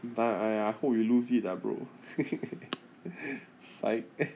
but !aiya! hope you lose it ah bro sike